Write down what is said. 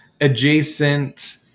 adjacent